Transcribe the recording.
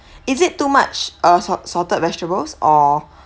is it too much uh salt salted vegetables or